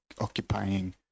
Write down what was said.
occupying